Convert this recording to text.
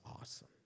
awesome